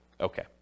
Okay